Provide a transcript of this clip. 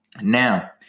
Now